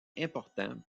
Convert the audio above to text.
important